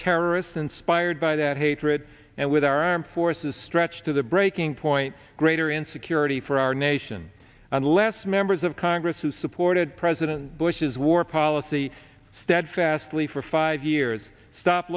terrorists inspired by that hatred and with our armed forces stretched to the breaking point greater insecurity for our nation unless members of congress who supported president bush's war policy steadfastly for five years stop